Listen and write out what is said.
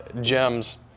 gems